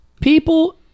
People